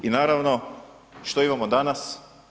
I naravno što imamo danas?